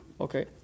Okay